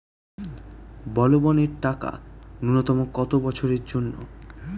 বলবনের টাকা ন্যূনতম কত বছরের জন্য?